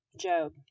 Job